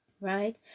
Right